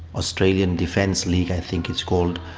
australian defence league i think it's called,